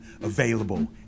Available